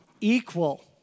equal